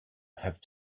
have